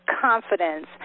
confidence